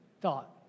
thought